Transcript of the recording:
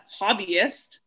hobbyist